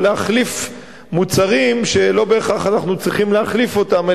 או להחליף מוצרים שלא בהכרח אנחנו צריכים להחליף אותם,